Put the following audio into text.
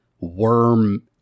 worm